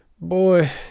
Boy